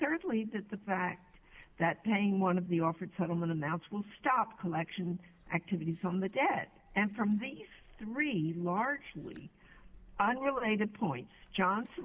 thirdly that the fact that paying one of the offered settlement amounts will stop collection activities on the debt and from the three largely unrelated point johnson